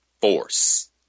force